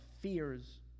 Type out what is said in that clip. fears